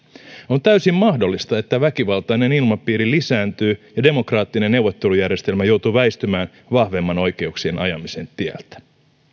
on täysin mahdollista että väkivaltainen ilmapiiri lisääntyy ja demokraattinen neuvottelujärjestelmä joutuu väistymään vahvemman oikeuksien ajamisen tieltä